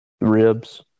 ribs